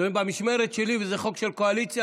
זה במשמרת שלי וזה חוק של הקואליציה,